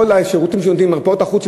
כל השירותים שנותנות מרפאות החוץ של